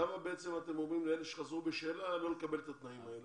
למה אתם אומרים לאלה שחזרו בשאלה שלא יקבלו את התנאים האלה.